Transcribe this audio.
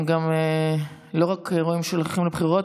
הם גם לא רק רואים שהולכים לבחירות,